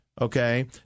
Okay